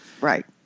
Right